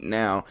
now